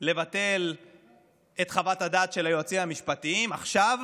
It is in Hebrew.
לבטל את חוות הדעת של היועצים המשפטיים, עכשיו